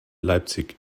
leipzig